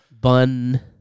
Bun